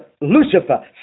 Lucifer